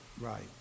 right